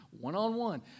one-on-one